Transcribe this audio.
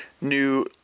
new